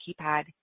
keypad